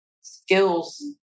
skills